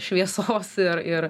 šviesos ir ir